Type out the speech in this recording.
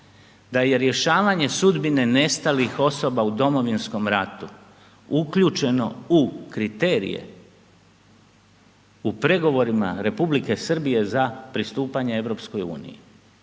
da je rješavanje sudbine nestalih osoba u Domovinskom ratu uključeno u kriterije u pregovorima Republike Srbije za pristupanje EU-u. To je